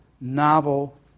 novel